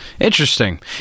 Interesting